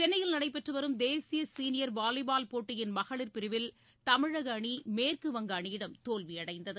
சென்னையில் நடைபெற்றுவரும் தேசிய சீனியர் வாலிபால் போட்டியின் மகளிர் பிரிவில் தமிழக அணி மேற்குவங்க அணியிடம் தோல்வியடைந்தது